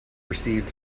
received